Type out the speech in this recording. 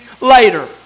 later